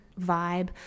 vibe